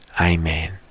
Amen